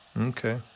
okay